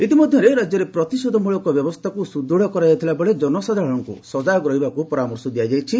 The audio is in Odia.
ଇତିମଧ୍ୟରେ ରାଜ୍ୟରେ ପ୍ରତିଷେଧ ମୂଳକ ବ୍ୟବସ୍ଥାକୁ ସୁଦୁଢ କରାଯାଇଥିବାବେଳେ ଜନସାଧାରଣଙ୍କୁ ସଜାଗ ରହିବାକୁ ପରାମର୍ଶ ଦିଆଯାଇଛି